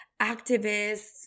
activists